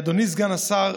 אדוני סגן השר,